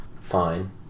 fine